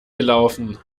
gelaufen